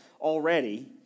already